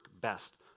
best